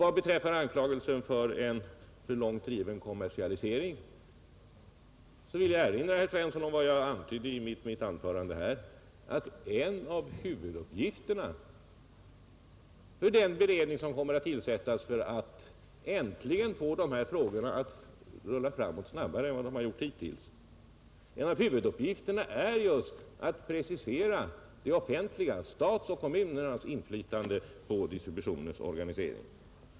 Vad beträffar anklagelsen för en för långt driven kommersialisering vill jag erinra herr Svensson om vad jag antydde i mitt förra anförande, nämligen att en av huvuduppgifterna för den beredning som kommer att tillsättas för att äntligen få dessa frågor att rulla framåt snabbare än de gjort hittills är just att precisera statens och kommunernas inflytande på distributionens organisering.